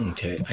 Okay